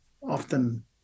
often